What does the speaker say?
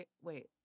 wait